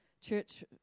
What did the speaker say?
church